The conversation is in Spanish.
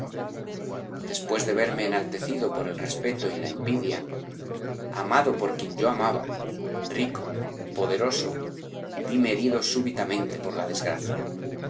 después de verme enaltecido por el respeto y la envidia amado por quien yo amaba rico poderoso vime herido súbitamente por la desgracia